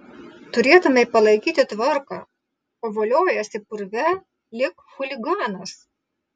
turėtumei palaikyti tvarką o voliojiesi purve lyg chuliganas